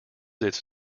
its